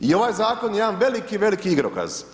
I ovaj zakon je jedan veliki, veliki igrokaz.